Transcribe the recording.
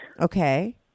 Okay